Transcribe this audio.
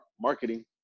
marketing